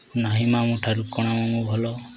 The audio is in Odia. ନାହିଁ ମାମୁଁ ଠାରୁ କଣା ମାମୁଁ ଭଲ